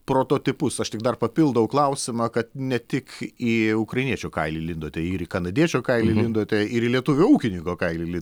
prototipus aš tik dar papildau klausimą kad ne tik į ukrainiečio kailį lindote ir į kanadiečio kailį lindote ir į lietuvių ūkininko kailį lin